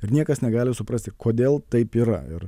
ir niekas negali suprasti kodėl taip yra ir